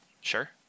sure